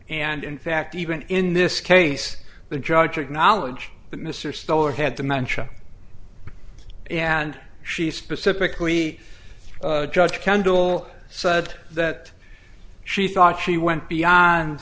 and in fact even in this case the judge acknowledge that mr stoller had dementia and she specifically just kendall said that she thought she went beyond